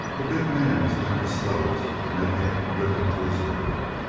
the big man was now disposed to make him live up to his word.